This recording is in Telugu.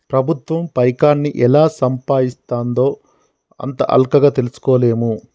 ప్రభుత్వం పైకాన్ని ఎలా సంపాయిస్తుందో అంత అల్కగ తెల్సుకోలేం